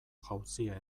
jauzia